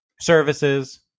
services